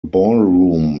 ballroom